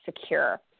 secure